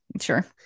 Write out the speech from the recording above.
Sure